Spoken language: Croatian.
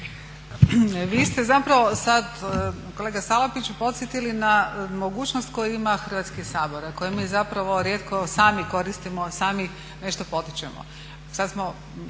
Vi ste zapravo sad kolega Salapić podsjetili na mogućnost koju ima Hrvatski sabor, a koju mi zapravo rijetko sami koristimo, sami nešto potičemo.